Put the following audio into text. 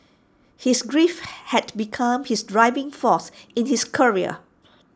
his grief had become his driving force in his career